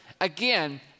again